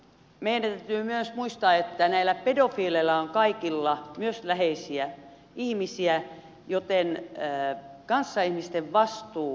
meidän täytyy myös muistaa että näillä pedofiileilla on kaikilla myös läheisiä ihmisiä joten kanssaihmisillä on vastuu